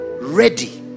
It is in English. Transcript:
ready